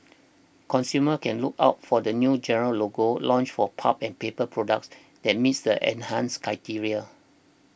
consumers can look out for the new green logo launched for pulp and paper products that missed enhanced criteria